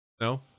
no